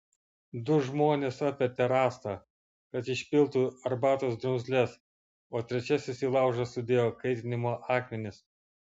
du žmonės apvertė rąstą kad išpiltų arbatos drumzles o trečiasis į laužą sudėjo kaitinimo akmenis